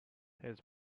his